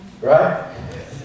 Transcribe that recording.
Right